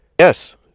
Yes